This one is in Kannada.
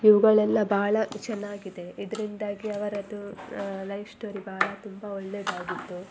ಇವುಗಳೆಲ್ಲ ಬಹಳ ಚೆನ್ನಾಗಿದೆ ಇದರಿಂದಾಗಿ ಅವರದ್ದು ಲೈಫ್ ಸ್ಟೋರಿ ಬಹಳ ತುಂಬ ಒಳ್ಳೆಯದಾಗಿತ್ತು